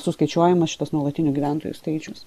suskaičiuojamas šitas nuolatinių gyventojų skaičius